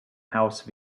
house